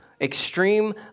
Extreme